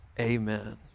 Amen